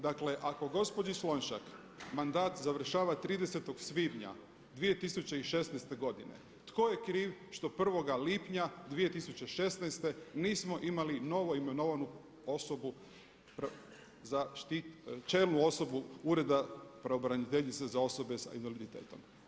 Dakle, ako gospođi Slonjšak mandat završava 30. svibnja 2016. godine, tko je kriv što 1. lipnja 2016. nismo imali novoimenovanu osobu, čelnu osobu Ureda pravobraniteljice za osobe s invaliditetom?